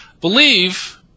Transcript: Believe